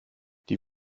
die